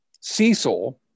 Cecil